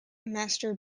master